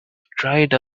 dried